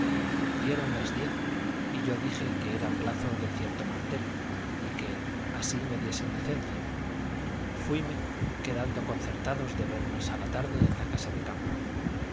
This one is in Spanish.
dieron las diez y yo dije que era plazo de cierto martelo y que así me diesen licencia fuime quedando concertados de vernos a la tarde en la casa del campo